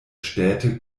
städte